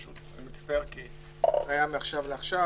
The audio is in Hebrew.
אני מצטער כי זה היה מעכשיו לעכשיו